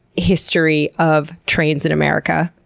history of trains in america?